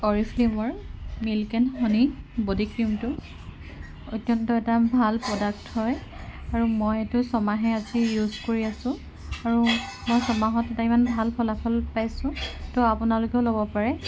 অৰিফ্লেমৰ milk and honey D ক্ৰীমটো অত্যন্ত এটা ভাল প্ৰডাক্ট হয় আৰু মই এইটো ছমাহে আজি ইউজ কৰি আছোঁ আৰু মই ছমাহত এটা ইমান ভাল ফলাফল পাইছোঁ ত' আপোনালোকেও ল'ব পাৰে